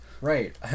right